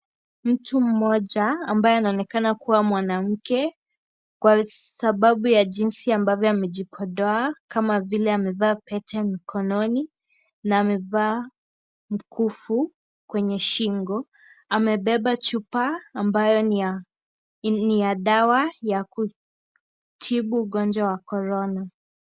Mtu mmoja ambaye anaonekana kuwa mwanamke kwa sababu ya jinsi ambavyo amejipodoa kama vile amevaa pete mkononi na amevaa mkufu kwenye shingo. Amebeba chupa ambayo ni ya dawa ya kutibu ugonjwa wa korona.